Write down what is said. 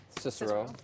Cicero